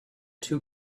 too